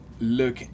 look